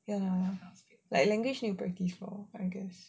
ya language need to practice lor I guess